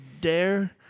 dare